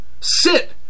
sit